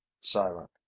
silent